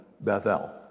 Bethel